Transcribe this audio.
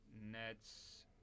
Nets